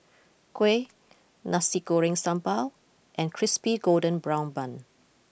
Kuih Nasi Goreng Sambal and Crispy Golden Brown Bun